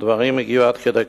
הדברים הגיעו עד כדי כך,